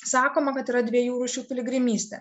sakoma kad yra dviejų rūšių piligrimystė